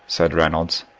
said reynolds,